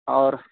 اور